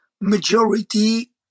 majority